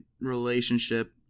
relationship